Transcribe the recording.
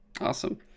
Awesome